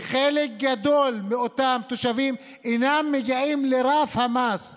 חלק גדול מאותם תושבים אינם מגיעים לרף המס המזכה,